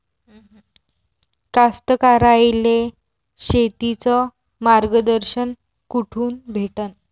कास्तकाराइले शेतीचं मार्गदर्शन कुठून भेटन?